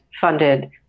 funded